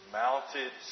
mounted